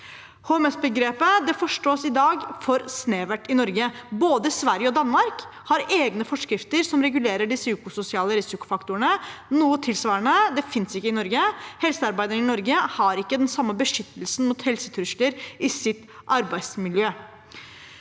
HMS-begrepet forstås i dag for snevert i Norge. Både Sverige og Danmark har egne forskrifter som regulerer de psykososiale risikofaktorene. Noe tilsvarende finnes ikke i Norge. Helsearbeiderne i Norge har ikke den samme beskyttelsen mot helsetrusler i sitt arbeidsmiljø.